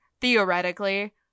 theoretically